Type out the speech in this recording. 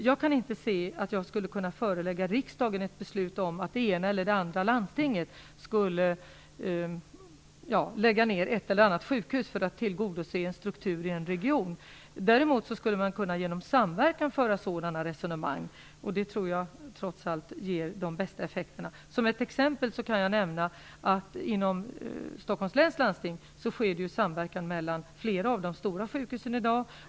Jag kan inte se att jag skulle kunna förelägga riksdagen ett beslut om att det ena eller andra landstinget skulle lägga ner ett eller annat sjukhus för att tillgodose en struktur i en region. Däremot skulle man genom samverkan kunna föra sådana resonemang, och det tror jag trots allt ger de bästa effekterna. Som ett exempel kan jag nämna att det inom Stockholms läns landsting sker samverkan mellan flera av de stora sjukhusen i dag.